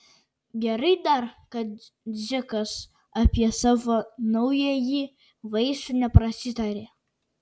gerai dar kad dzikas apie savo naująjį vaisių neprasitarė